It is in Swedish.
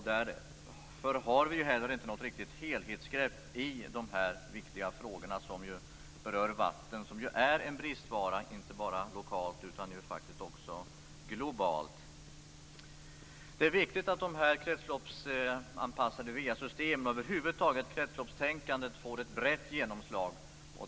Därför har man inte heller något riktigt helhetsgrepp om dessa viktiga frågor som berör vatten, och vatten är en bristvara, inte bara lokalt utan faktiskt också globalt. Det är angeläget att de kretsloppsanpassade vasystemen och över huvud taget kretsloppstänkandet får ett brett genomslag.